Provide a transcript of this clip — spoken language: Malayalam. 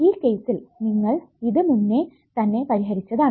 ഈ കേസിൽ നിങ്ങൾ ഇത് മുന്നേ തന്നെ പരിഹരിച്ചതാണ്